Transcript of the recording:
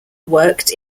worked